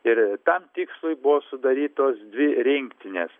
ir tam tikslui buvo sudarytos dvi rinktinės